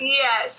yes